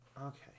Okay